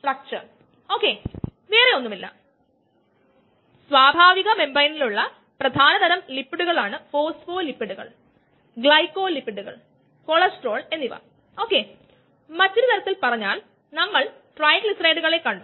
നിങ്ങൾ V versus S plot ചെയുകയാണെകിൽ പ്രതിപ്രവർത്തനത്തിന്റെ നിരക്ക് പ്രതിപ്രവർത്തനത്തിന്റെ വോള്യൂമെട്രിക് നിരക്ക് അതോടു കൂടിയ സബ്സ്ട്രേറ്റ് കോൺസെൻട്രേഷനും നമുക്ക് ചതുരാകൃതിയിലുള്ള ഒരു പരാബോള ലഭിക്കും